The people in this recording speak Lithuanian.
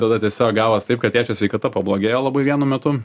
tada tiesiog gavos taip kad tėčio sveikata pablogėjo labai vienu metu